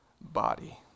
body